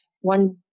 one